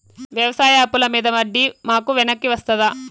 వ్యవసాయ అప్పుల మీద వడ్డీ మాకు వెనక్కి వస్తదా?